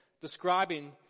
describing